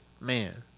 man